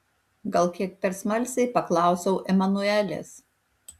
gal kiek per smalsiai paklausiau emanuelės